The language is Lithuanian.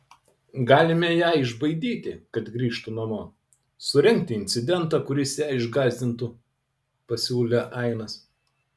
galime ją išbaidyti kad grįžtų namo surengti incidentą kuris ją išgąsdintų pasiūlė ainas